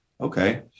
okay